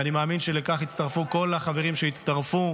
ואני מאמין שלכך יצטרפו כל החברים שהצטרפו,